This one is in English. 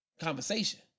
conversation